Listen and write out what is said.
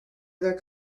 other